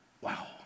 wow